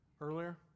earlier